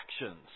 actions